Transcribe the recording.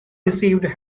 received